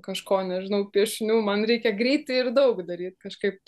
kažko nežinau piešinių man reikia greitai ir daug daryt kažkaip